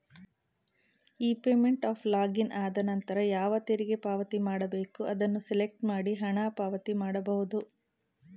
E payment of login ಆದನಂತರ ಯಾವ ತೆರಿಗೆ ಪಾವತಿ ಮಾಡಬೇಕು ಅದನ್ನು ಸೆಲೆಕ್ಟ್ ಮಾಡಿ ಹಣ ಪಾವತಿ ಮಾಡಬಹುದು